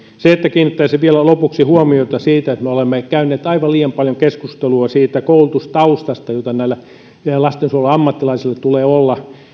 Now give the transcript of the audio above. kiinnittäisin vielä lopuksi huomiota siihen että me olemme käyneet aivan liian vähän keskustelua siitä koulutustaustasta jota näillä meidän lastensuojeluammattilaisilla tulee olla